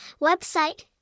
website